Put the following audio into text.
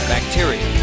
Bacteria